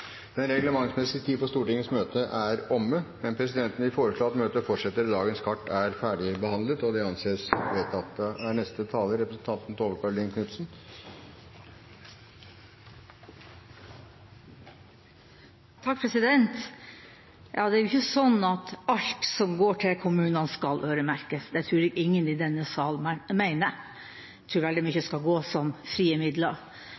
Den reglementsmessige tiden for Stortingets møte er omme, men presidenten vil foreslå at møtet fortsetter til dagens kart er ferdigbehandlet. – Det anses vedtatt. Det er ikke sånn at alt som går til kommunene, skal øremerkes. Det tror jeg ingen i denne salen mener. Jeg tror veldig mye skal gå som frie midler.